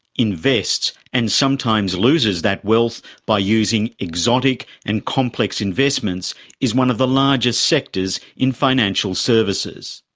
invests and sometimes loses that wealth by using exotic and complex investments is one of the largest sectors in financial services.